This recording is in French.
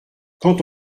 quand